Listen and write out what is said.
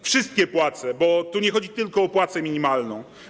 Wszystkie płace, bo tu nie chodzi tylko o płacę minimalną.